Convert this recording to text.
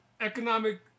economic